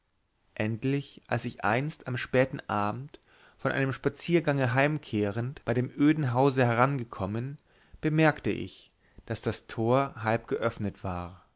endlich als ich einst am späten abend von einem spaziergange heimkehrend bei dem öden hause herangekommen bemerkte ich daß das tor halb geöffnet war